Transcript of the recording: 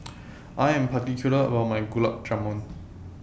I Am particular about My Gulab Jamun